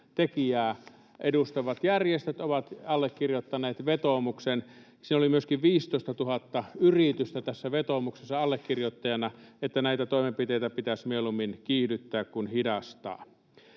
työntekijää edustavat järjestöt ovat allekirjoittaneet vetoomuksen, jossa oli myöskin 15 000 yritystä allekirjoittajana, että näitä toimenpiteitä pitäisi mieluummin kiihdyttää kuin hidastaa.